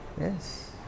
Yes